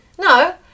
no